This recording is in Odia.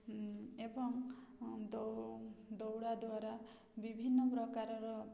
ଏବଂ ଦଉଡ଼ା ଦ୍ୱାରା ବିଭିନ୍ନ ପ୍ରକାରର